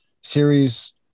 series